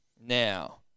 Now